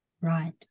right